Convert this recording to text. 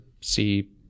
see